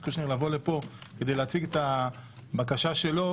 קושניר לבוא לפה כדי להציג את הבקשה שלו.